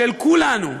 של כולנו,